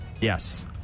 Yes